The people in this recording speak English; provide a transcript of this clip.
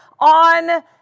on